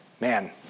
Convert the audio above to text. Man